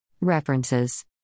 References